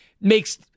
makes